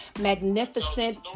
magnificent